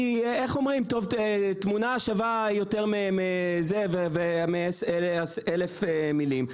תמונה שווה יותר מאלף מילים.